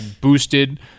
boosted